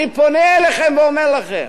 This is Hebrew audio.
אני פונה אליכם ואומר לכם: